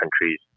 countries